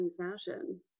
Fashion